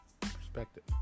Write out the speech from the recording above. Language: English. perspective